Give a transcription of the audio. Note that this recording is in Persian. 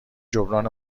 جبران